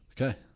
Okay